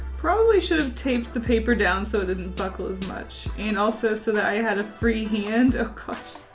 probably should have taped the paper down so it didn't buckle as much and also so that i had a free hand, oh gosh.